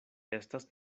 estas